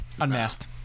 Unmasked